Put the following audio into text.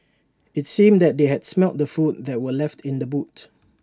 IT seemed that they had smelt the food that were left in the boot